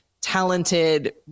talented